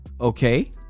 Okay